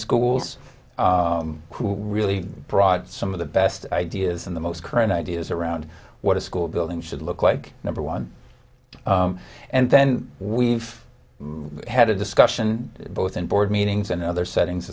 schools who really brought some of the best ideas in the most current ideas around what a school building should look like number one and then we've had a discussion both in board meetings in other settings